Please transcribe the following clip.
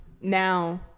now